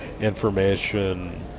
information